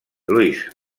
lewis